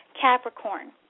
Capricorn